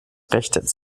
recht